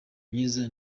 myiza